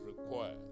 required